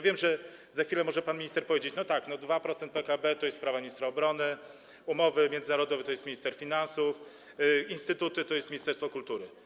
Wiem, że za chwilę może pan minister powiedzieć: No tak, 2% PKB to jest sprawa ministra obrony, umowy międzynarodowe to jest sprawa ministra finansów, instytuty to jest sprawa ministerstwa kultury.